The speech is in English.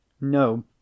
No